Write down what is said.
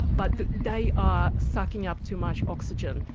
but they are sucking up too much oxygen,